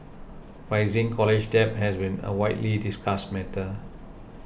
rising college debt has been a widely discussed matter